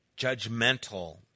judgmental